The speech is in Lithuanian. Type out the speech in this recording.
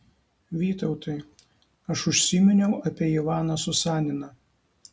vytautai aš užsiminiau apie ivaną susaniną